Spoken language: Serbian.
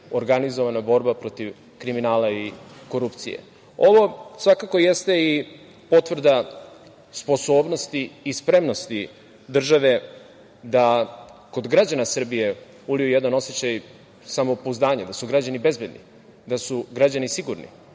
organizovana borba protiv kriminala i korupcije. Ovo svakako jeste i potvrda sposobnosti i spremnosti države da kod građana Srbije uliju jedan osećaj samopouzdanja da su građani bezbedni, da su građani sigurni